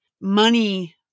money